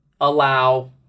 allow